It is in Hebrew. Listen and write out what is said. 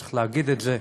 צריך להגיד את זה,